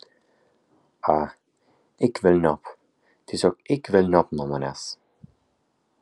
a eik velniop tiesiog eik velniop nuo manęs